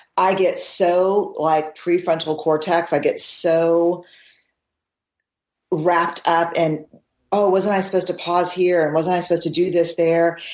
i get so like prefrontal cortex, i get so wrapped up in oh, wasn't i supposed to pause here? and wasn't i supposed to do this there?